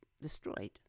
destroyed